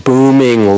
Booming